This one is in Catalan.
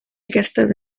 aquestes